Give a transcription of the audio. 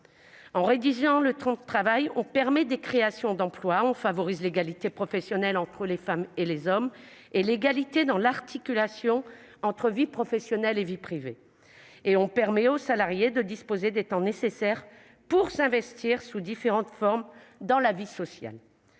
En réduisant le temps de travail, on permet des créations d'emplois, on favorise l'égalité professionnelle entre les femmes et les hommes et l'égalité dans l'articulation entre vie professionnelle et vie privée, et on permet aux salariés de disposer des temps nécessaires pour s'investir sous différentes formes dans la vie sociale.